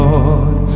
Lord